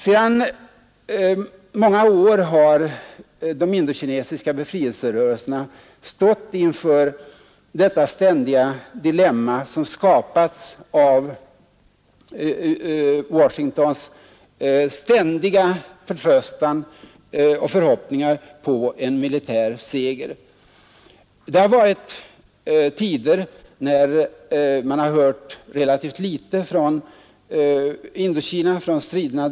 Sedan många år har de indokinesiska befrielserörelserna stått inför det ständiga dilemma som skapats av Washington genom dess ständiga sikte på och förhoppningar om en militär seger. Under vissa tidsperioder har man hört relativt litet om striderna i Indokina.